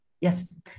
yes